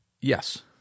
Yes